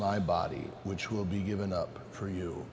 my body which will be given up for